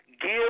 give